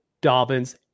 Dobbins